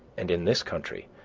and in this country,